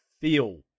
feel